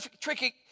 tricky